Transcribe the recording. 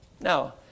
Now